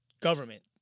government